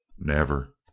never.